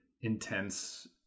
intense